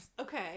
Okay